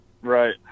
Right